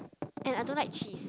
and I don't like cheese